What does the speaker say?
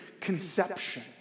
conception